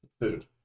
food